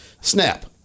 Snap